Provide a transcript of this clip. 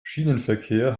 schienenverkehr